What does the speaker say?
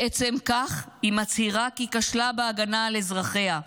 בעצם כך היא מצהירה כי כשלה בהגנה על אזרחיה,